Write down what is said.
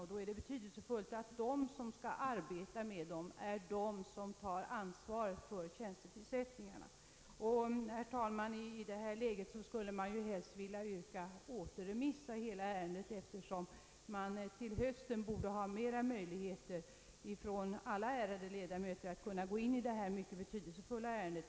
Därför är det betydelsefullt att de ledamöter som skall arbeta med dessa tjänstemän tar ansvaret för tjänstetillsättningarna. Herr talman! I detta läge skulle man helst vilja yrka återremiss av hela ärendet, eftersom alla ärade ledamöter i höst borde ha bättre möjligheter att behandla detta mycket betydelsefulla ärende.